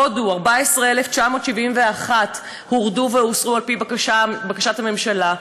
הודו: 14,971 הורדו והוסרו על-פי בקשת הממשלה,